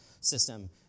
system